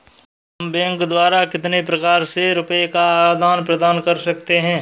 हम बैंक द्वारा कितने प्रकार से रुपये का आदान प्रदान कर सकते हैं?